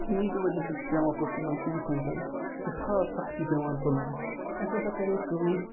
ییٚمہ کہِ وجہ سۭتۍ چھُ پیٚوان پوٚتُس یِمَن پیشَنٹَن سٮ۪ٹھاہ سختی پیٚوان تُلٕنۍ اَسہِ ہَسا کَرے کٲم